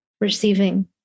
receiving